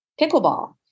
pickleball